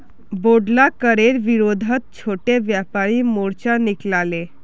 बोढ़ला करेर विरोधत छोटो व्यापारी मोर्चा निकला ले